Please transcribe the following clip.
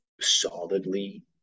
solidly